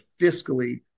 fiscally